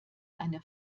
eine